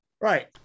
Right